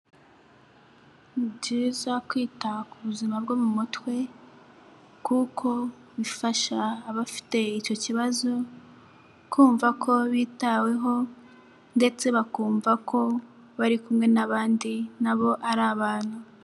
Ni byiza kwita ku buzima bwo mu mutwe kuko bifasha abafite icyo kibazo, kumva ko bitaweho ndetse bakumva ko bari kumwe n'abandi, nabo ari abantu.